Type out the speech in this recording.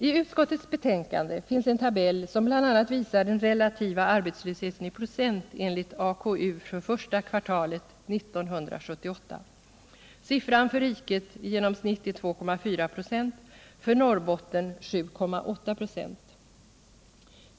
I utskottets betänkande finns en tabell, som bl.a. visar den relativa arbetslösheten i procent enligt AKU för första kvartalet 1978. Siffran för riket i genomsnitt är 2,4 96, för Norrbotten 7,8 96.